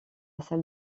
salle